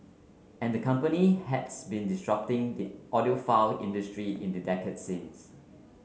and the company has been disrupting the audiophile industry in the decade since